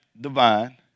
divine